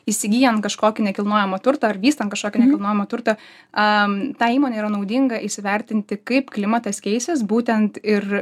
įsigyjant kažkokį nekilnojamą turtą ar vystant kažkokį nekilnojamą turtą tai įmonei yra naudinga įsivertinti kaip klimatas keisis būtent ir